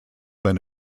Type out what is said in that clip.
been